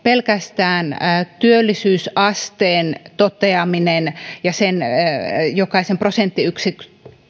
pelkästään työllisyysasteen toteaminen ja sen jokaisen prosenttiyksikön